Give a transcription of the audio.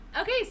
Okay